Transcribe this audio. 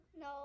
No